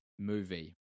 Movie